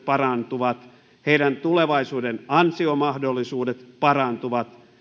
parantuvat heidän tulevaisuuden ansiomahdollisuutensa parantuvat